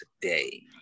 today